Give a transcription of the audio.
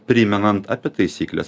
primenant apie taisykles